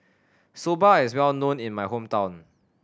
soba is well known in my hometown